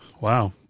Wow